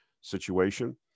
situation